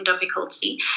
difficulty